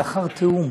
לאחר תיאום